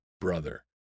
brother